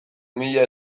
mila